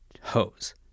hose